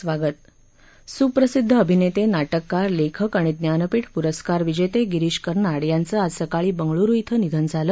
स्प्रसिदध अभिनेते नाटककार लेखक आणि ज्ञानपीठ प्रस्कार विजेते गिरीश कर्नाड यांचं आज सकाळी बंगळूरु इथं निधन झालं